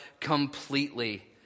completely